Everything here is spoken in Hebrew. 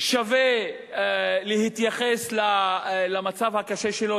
שווה להתייחס למצב הקשה שלו,